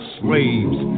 slaves